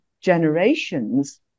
generations